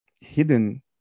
hidden